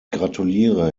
gratuliere